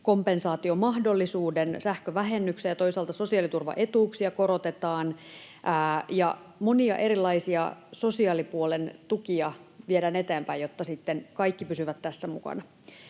kompensaatiomahdollisuuden, sähkövähennyksen, ja toisaalta sosiaaliturvaetuuksia korotetaan ja monia erilaisia sosiaalipuolen tukia viedään eteenpäin, jotta sitten kaikki pysyvät tässä mukana.